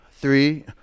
Three